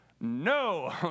No